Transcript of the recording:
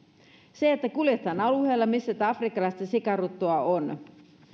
jos kuljetaan alueilla missä tätä afrikkalaista sikaruttoa on